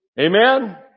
Amen